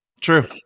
True